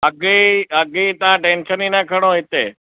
अघ जी अघ जी तव्हां टेंशन ई न खणो हिते